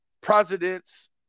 presidents